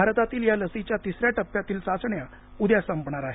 भारतातील या लसीच्या तिसऱ्या टप्प्यातील चाचण्या उद्या संपणार आहेत